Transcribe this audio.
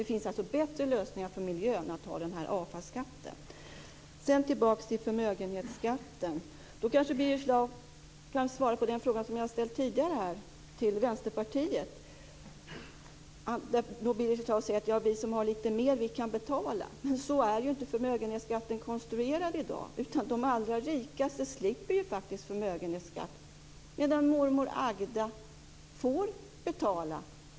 Det finns bättre lösningar för miljön. Jag återkommer till förmögenhetsskatten. Birger Schlaug kanske kan svara på den fråga som jag har ställt tidigare till Vänsterpartiet. Birger Schlaug säger: Vi som har lite mer - vi kan betala. Men så är ju inte förmögenhetsskatten konstruerad i dag! De allra rikaste slipper ju förmögenhetsskatt medan mormor Agda får betala.